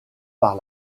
par